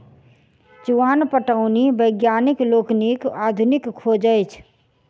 चुआन पटौनी वैज्ञानिक लोकनिक आधुनिक खोज अछि